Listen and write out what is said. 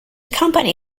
company